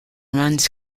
runs